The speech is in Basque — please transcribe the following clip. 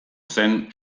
zen